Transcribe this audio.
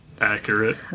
accurate